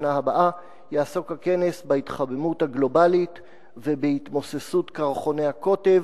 שבשנה הבאה יעסוק הכנס בהתחממות הגלובלית ובהתמוססות קרחוני הקוטב,